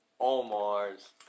Omar's